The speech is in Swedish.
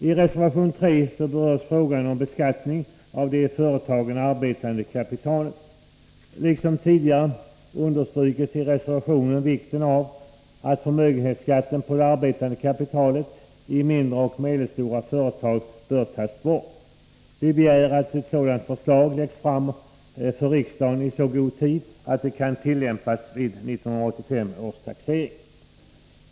I reservation 3 berörs frågan om beskattning av det i företagen arbetande kapitalet. Liksom tidigare understryks i reservationen vikten av att förmögenhetsskatten på det arbetande kapitalet i mindre och medelstora företag bör tas bort. Vi begär att ett sådant förslag läggs fram för riksdagen i så god tid att det kan tillämpas vid 1985 års taxering.